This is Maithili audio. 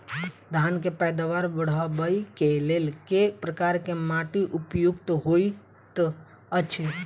धान केँ पैदावार बढ़बई केँ लेल केँ प्रकार केँ माटि उपयुक्त होइत अछि?